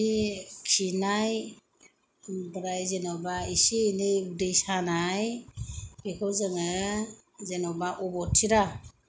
बिदि खिनाय ओमफ्राय जेनबा इसे इनै उदै सानाय बेखौ जोङो जेनबा अबथिरा